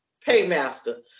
paymaster